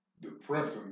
depressing